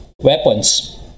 weapons